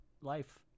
life